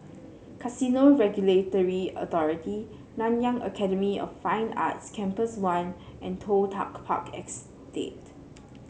Casino Regulatory Authority Nanyang Academy of Fine Arts Campus One and Toh Tuck Park Estate